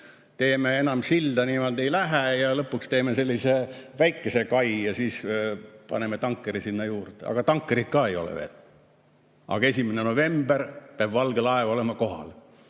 Enam silda niimoodi ei lähe ja lõpuks teeme sellise väikese kai ja siis paneme tankeri sinna juurde. Aga tankerit ka ei ole veel. Aga 1. novembril peab valge laev olema kohal.